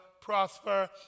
Prosper